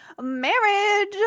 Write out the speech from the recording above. Marriage